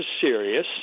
serious